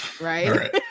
right